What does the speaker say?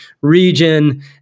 region